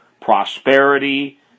prosperity